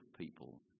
people